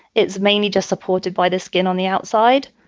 it's mainly just supported by the skin on the outside.